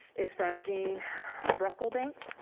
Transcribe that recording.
is from jean brocklebank.